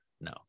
No